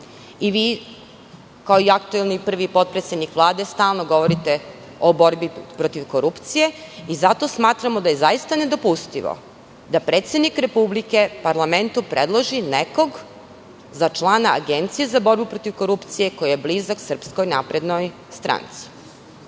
Vi, kao i aktuelni prvi potpredsednik Vlade, stalno govorite o borbi protiv korupcije. Zato smatramo da je zaista nedopustivo da predsednik Republike parlamentu predloži nekog za člana Agencije za borbu protiv korupcije ko je blizak SNS.Što se tiče